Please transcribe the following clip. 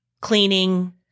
cleaning